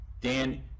Dan